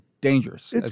dangerous